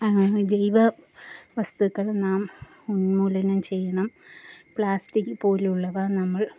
അജൈവ വസ്തുക്കൾ നാം ഉന്മൂലനം ചെയ്യണം പ്ലാസ്റ്റിക് പോലെയുള്ളവ നമ്മൾ